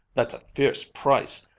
that's a fierce price.